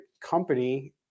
company